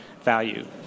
value